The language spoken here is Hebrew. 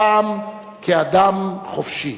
הפעם כאדם חופשי.